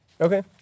Okay